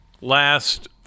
last